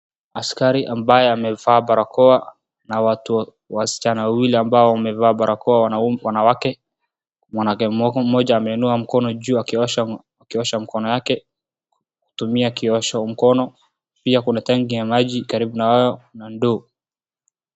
Askari ambaye amevaa barakoa na wasichana wawili ambao wamevaa barakoa wanawake, mwanamke mmoja ameinua mkono juu wakiosha mkono yake kutumia kiosho mkono, pia kuna tanki ya maji karibu na wao na ndoo.